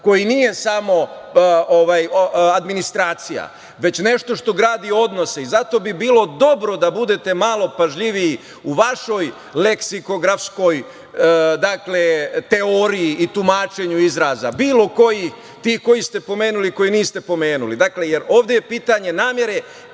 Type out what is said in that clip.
koji nije samo administracija, već nešto što gradi odnose i zato bi bilo dobro da budete malo pažljiviji u vašoj leksikografskoj teoriji i tumačenju izraza, bilo koji, ti koje ste pomenuli i koje niste pomenuli. Dakle, ovde je pitanje namere